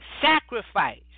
sacrifice